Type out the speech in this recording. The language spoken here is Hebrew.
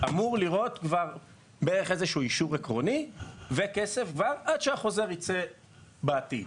אמור לראות בערך איזשהו אישור עקרוני וכסף עד שהחוזר ייצא בעתיד.